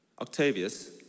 Octavius